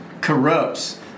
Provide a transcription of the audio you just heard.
corrupts